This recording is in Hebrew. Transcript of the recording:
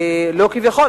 לא כביכול,